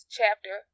chapter